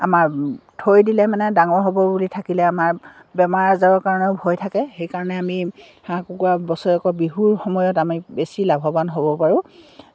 আমাৰ থৈ দিলে মানে ডাঙৰ হ'ব বুলি থাকিলে আমাৰ বেমাৰ আজাৰৰ কাৰণেও ভয় থাকে সেইকাৰণে আমি হাঁহ কুকুৰা বছৰেকৰ বিহুৰ সময়ত আমি বেছি লাভৱান হ'ব পাৰোঁ